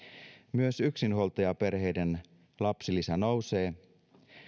myös yksinhuoltajaperheiden lapsilisä nousee